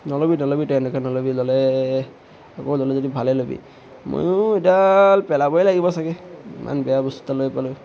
নল'বি নল'বি তই এনেকৈ নল'বি ল'লে আকৌ ল'লে যদি ভালেই ল'বি ময়ো এইডাল পেলাবই লাগিব চাগে ইমান বেয়া বস্তু এটা লৈ পালোঁ